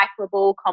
recyclable